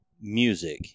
music